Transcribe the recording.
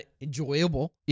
enjoyable